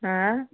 हाँ